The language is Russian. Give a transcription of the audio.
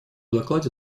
докладе